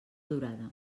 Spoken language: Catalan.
durada